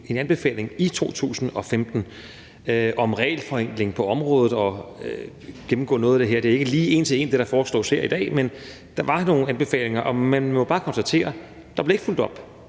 en anbefaling i 2015 om regelforenkling på området og om at gennemgå noget af det her. Det er ikke lige en til en, det, der foreslås her i dag, men der var nogle anbefalinger. Og man må jo bare konstatere, at der ikke blev fulgt op